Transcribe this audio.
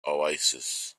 oasis